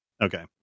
Okay